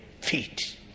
feet